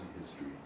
history